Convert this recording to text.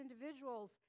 individuals